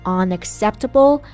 unacceptable